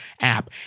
app